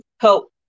help